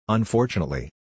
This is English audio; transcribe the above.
Unfortunately